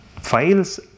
files